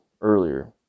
earlier